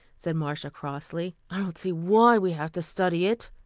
said marcia crossly. i don't see why we have to study it.